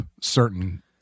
certain